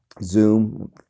Zoom